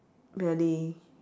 really